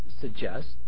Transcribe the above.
suggest